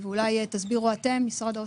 ואולי תסבירו אתם, משרד האוצר.